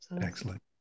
Excellent